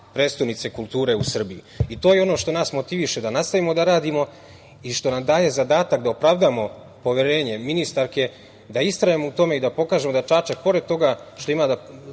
prestonice kulture u Srbiji. To je ono što nas motiviše da nastavimo da radimo i što nam daje zadatak da opravdamo poverenje ministarke da istrajemo u tome i da pokažemo da Čačak, pored toga što ima da